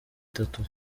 itatu